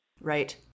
Right